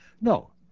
No